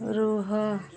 ରୁହ